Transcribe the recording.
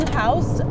house